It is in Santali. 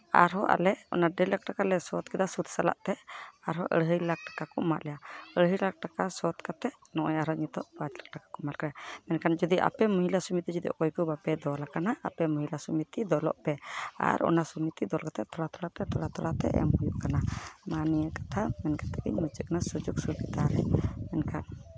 ᱟᱨᱦᱚᱸ ᱟᱞᱮ ᱚᱱᱟ ᱰᱮᱲ ᱞᱟᱠᱷ ᱴᱟᱠᱟ ᱞᱮ ᱥᱳᱫᱽ ᱠᱮᱫᱟ ᱚᱱᱟ ᱥᱳᱫᱽ ᱥᱟᱞᱟᱜ ᱛᱮ ᱟᱨᱦᱚᱸ ᱟᱹᱲᱦᱟᱹᱭ ᱞᱟᱠᱷ ᱴᱟᱠᱟ ᱠᱚ ᱮᱢᱟᱜ ᱞᱮᱭᱟ ᱟᱹᱲᱦᱟᱹᱭ ᱞᱟᱠᱷ ᱴᱟᱠᱟ ᱥᱳᱫᱽ ᱠᱟᱛᱮᱫ ᱱᱚᱜᱼᱚᱭ ᱟᱨᱦᱚᱸ ᱱᱤᱛᱳᱜ ᱯᱟᱸᱪ ᱞᱟᱠᱷ ᱴᱟᱠᱟ ᱠᱚ ᱮᱢᱟᱞᱮ ᱠᱟᱱᱟ ᱢᱮᱱᱠᱷᱟᱱ ᱡᱩᱫᱤ ᱟᱯᱮ ᱢᱚᱦᱤᱞᱟ ᱥᱚᱢᱤᱛᱤ ᱡᱩᱫᱤ ᱚᱠᱚᱭ ᱠᱚ ᱵᱟᱯᱮ ᱫᱚᱞᱟᱠᱟᱱᱟ ᱟᱯᱮ ᱢᱚᱦᱤᱞᱟ ᱥᱚᱢᱤᱛᱤ ᱫᱚᱞᱚᱜ ᱯᱮ ᱟᱨ ᱚᱱᱟ ᱥᱚᱢᱤᱛᱤ ᱫᱚᱞ ᱠᱟᱛᱮᱫ ᱛᱷᱚᱲᱟ ᱛᱷᱚᱲᱟ ᱛᱮ ᱛᱷᱚᱲᱟ ᱛᱷᱚᱲᱟ ᱛᱮ ᱮᱢ ᱦᱩᱭᱩᱜ ᱠᱟᱱᱟ ᱢᱟ ᱱᱤᱭᱟᱹ ᱠᱟᱛᱷᱟ ᱢᱮᱱ ᱠᱟᱛᱮᱫ ᱜᱤᱧ ᱢᱩᱪᱟᱹᱫ ᱠᱟᱜ ᱠᱟᱱᱟ ᱥᱩᱡᱳᱜᱽ ᱥᱩᱵᱤᱛᱟ ᱨᱮ ᱢᱮᱱᱠᱷᱟᱱ